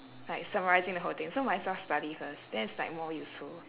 like summarising the whole thing so might as well study first then it's like more useful